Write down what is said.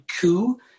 coup